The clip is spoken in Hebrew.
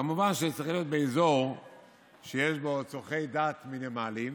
וכמובן שזה צריך להיות באזור שיש בו צורכי דת מינימליים